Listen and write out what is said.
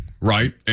right